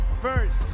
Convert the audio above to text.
first